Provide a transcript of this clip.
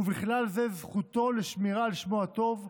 ובכלל זה זכותו לשמירה על שמו הטוב,